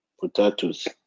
potatoes